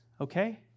okay